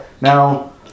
Now